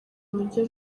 nibyo